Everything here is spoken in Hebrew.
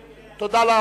תודה.